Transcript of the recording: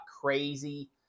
crazy